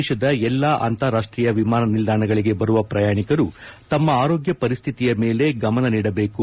ದೇಶದ ಎಲ್ಲಾ ಅಂತಾರಾಷ್ಷೀಯ ವಿಮಾನ ನಿಲ್ದಾಣಗಳಿಗೆ ಬರುವ ಪ್ರಯಾಣಿಕರು ತಮ್ಮ ಆರೋಗ್ಯ ಪರಿಸ್ತಿತಿಯ ಮೇಲೆ ಗಮನ ನೀಡಬೇಕು